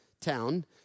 town